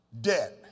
Debt